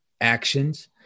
actions